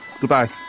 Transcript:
Goodbye